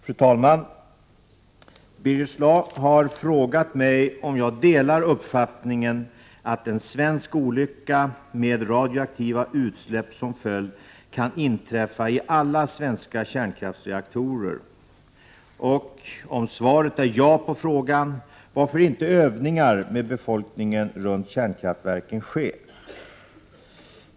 Fru talman! Birger Schlaug har frågat mig om jag delar uppfattningen att en svensk olycka med radioaktiva utsläpp som följd kan inträffa i alla svenska kärnkraftsreaktorer och, om svaret på frågan är ja, varför inte övningar med befolkningen runt kärnkraftverken sker.